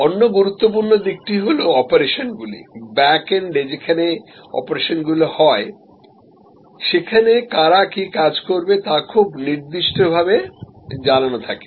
অন্য গুরুত্বপূর্ণ দিকটি হল অপারেশনগুলি ব্যাকএন্ডে যেখানে অপারেশন গুলি হয় সেখানে কারা কি কাজ করবে তা খুব নির্দিষ্টভাবে জানানো থাকে